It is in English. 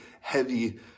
heavy